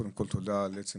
קודם כל תודה על עצם